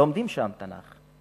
לומדים שם תנ"ך.